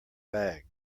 bag